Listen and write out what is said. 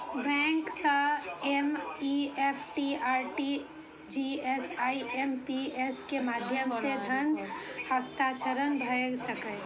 bank सं NEFT, RTGS, IMPS के माध्यम सं धन हस्तांतरण भए सकैए